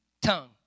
tongue